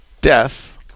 death